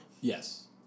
Yes